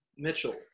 Mitchell